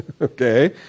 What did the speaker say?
okay